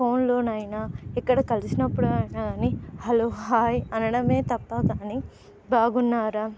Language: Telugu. ఫోన్లోనైనా ఇక్కడ కలిసినప్పుడు అయినా గాని హలో హాయ్ అనడమే తప్ప కానీ బాగున్నారా